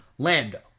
Lando